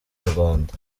inyarwanda